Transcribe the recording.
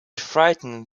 frightened